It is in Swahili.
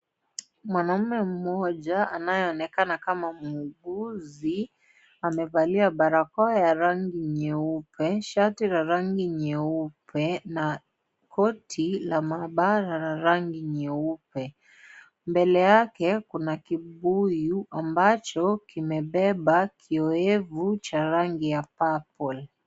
Mwanaume mmoja anayeonekana kama muuguzi, amevalia barakoa ya rangi nyeupe, shati la rangi nyeupe na koti la maabara la rangi nyeupe. Mbele yake, kuna kibuyu ambacho kimebeba kiowevu cha rangi ya purple .